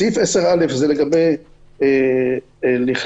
סעיף 10(א) זה לגבי לכלוך,